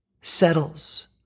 settles